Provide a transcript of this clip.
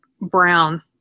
brown